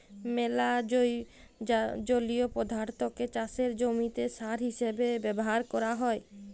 ম্যালা জলীয় পদাথ্থকে চাষের জমিতে সার হিসেবে ব্যাভার ক্যরা হ্যয়